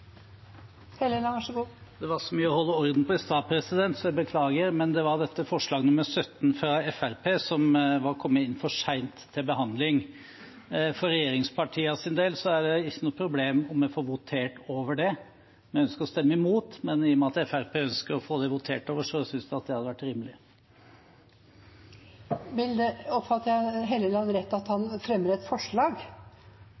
Det var så mye å holde orden på i stad, så jeg beklager, men det gjelder forslag nr. 17, fra Fremskrittspartiet, som var kommet inn for sent til behandling. For regjeringspartienes del er det ikke noe problem om vi får votert over det. Vi ønsker å stemme imot, men i og med at Fremskrittspartiet ønsker å få det votert over, synes vi at det hadde vært rimelig. Oppfatter presidenten Trond Helleland rett i at han